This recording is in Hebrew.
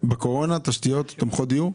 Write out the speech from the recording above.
בקורונה תשתיות תומכות דיור.